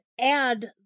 add